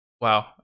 Wow